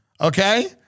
Okay